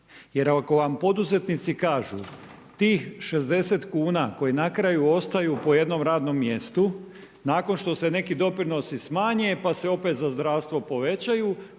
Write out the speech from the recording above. Jer ako vam poduzetnici kažu tih 60 kuna koji na kraju ostaju po jednom radnom mjestu, nakon što se neki doprinosi smanje, pa se opet za zdravstvo povećaju,